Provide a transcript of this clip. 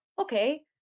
okay